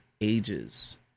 ages